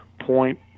point